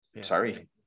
sorry